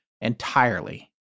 entirely